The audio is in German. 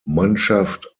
mannschaft